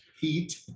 heat